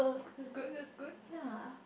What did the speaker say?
that's good that's good